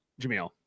Jamil